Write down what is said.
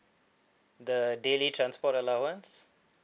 the daily transport allowance